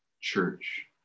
church